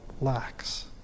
lacks